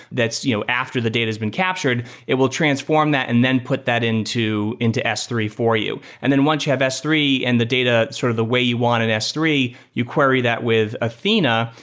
that you know after the data has been captured, it will transform that and then put that into into s three for you. and then once you have s three and the data sort of the way you want in and s three, you query that with athena,